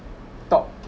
talk